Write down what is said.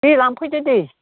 दे लांफैदो दे